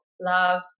Love